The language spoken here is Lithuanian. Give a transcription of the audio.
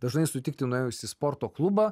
dažnai sutikti nuėjus į sporto klubą